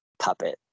Puppet